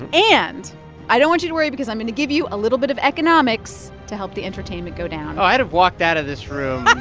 and and i don't want you to worry because i'm going to give you a little bit of economics to help the entertainment go down oh, i'd have walked out of this room